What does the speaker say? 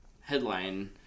headline